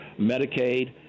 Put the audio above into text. Medicaid